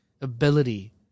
ability